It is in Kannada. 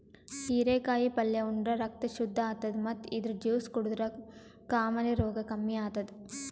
ಹಿರೇಕಾಯಿ ಪಲ್ಯ ಉಂಡ್ರ ರಕ್ತ್ ಶುದ್ದ್ ಆತದ್ ಮತ್ತ್ ಇದ್ರ್ ಜ್ಯೂಸ್ ಕುಡದ್ರ್ ಕಾಮಾಲೆ ರೋಗ್ ಕಮ್ಮಿ ಆತದ್